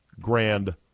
grand